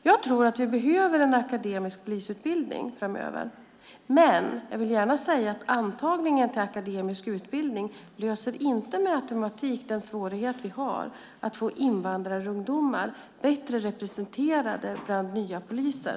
Jag tror att vi behöver en akademisk polisutbildning framöver, men jag vill gärna säga att antagningen till akademisk utbildning inte med automatik löser den svårighet som vi har att få invandrarungdomar bättre representerade bland nya poliser.